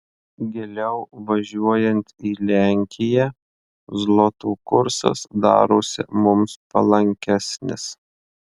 giliau važiuojant į lenkiją zloto kursas darosi mums palankesnis